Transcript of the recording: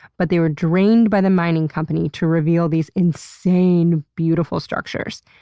but they were drained by the mining company to reveal these insane, beautiful structures.